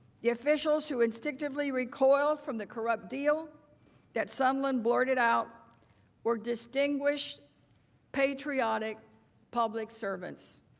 the officials who instinctively recoiled from the corrupt deal that sondland boarded out were distinguished patriotic public servants.